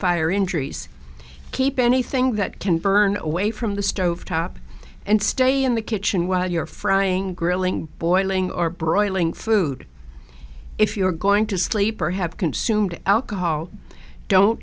fire injuries keep anything that can burn away from the stove top and stay in the kitchen while you're frying grilling boiling or broiling food if you're going to sleep or have consumed alcohol don't